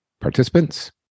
participants